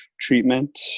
treatment